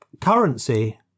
currency